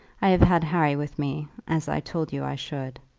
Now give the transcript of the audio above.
i have had harry with me, as i told you i should.